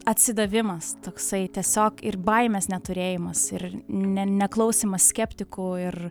atsidavimas toksai tiesiog ir baimės neturėjimas ir ne neklausymas skeptikų ir